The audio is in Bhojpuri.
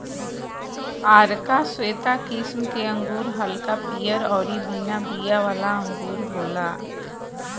आरका श्वेता किस्म के अंगूर हल्का पियर अउरी बिना बिया वाला अंगूर होला